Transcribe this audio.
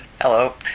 Hello